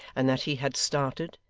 and that he had started,